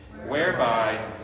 whereby